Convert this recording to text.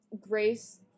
Grace